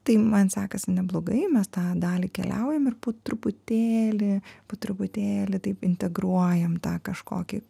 tai man sekasi neblogai mes tą dalį keliaujam ir po truputėlį po truputėlį taip integruojam tą kažkokį